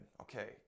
Okay